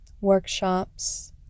workshops